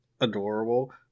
adorable